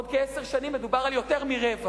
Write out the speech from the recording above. בעוד כעשר שנים מדובר על יותר מרבע.